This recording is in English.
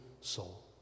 soul